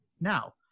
now